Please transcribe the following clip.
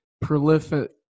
prolific